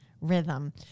rhythm